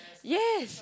yes